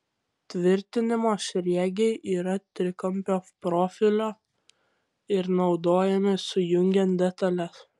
tvirtinimo sriegiai yra trikampio profilio ir naudojami sujungiant detales